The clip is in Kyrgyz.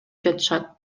жатышат